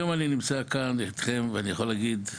היום אני נמצא כאן איתכם ואני יכול להגיד,